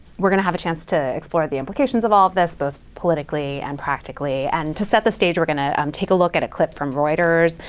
we're going to have a chance to explore the implications of all of this, both politically and practically. and to set the stage, we're going to um take a look at a clip from reuters.